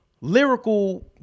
lyrical